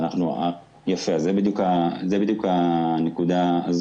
זה בדיוק הנקודה.